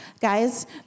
guys